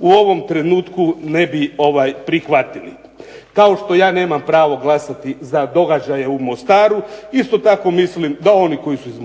u ovom trenutku ne bi prihvatili. Kao što ja nemam pravo glasati za događaje u Mostaru isto tako mislim da oni koji su iz